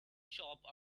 shop